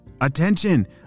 Attention